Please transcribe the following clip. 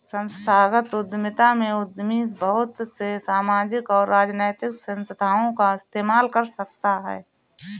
संस्थागत उद्यमिता में उद्यमी बहुत से सामाजिक और राजनैतिक संस्थाओं का इस्तेमाल कर सकता है